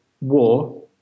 war